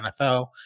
NFL